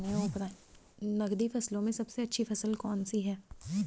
नकदी फसलों में सबसे अच्छी फसल कौन सी है?